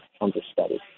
understudy